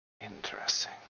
Interesting